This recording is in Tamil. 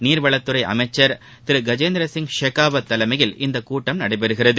நீர்வளத்துறைஅமைச்சர் திருகஜேந்திரசிங் ஷெகாவத் தலைமையில் இந்தகூட்டம் நடைபெறுகிறது